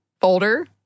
folder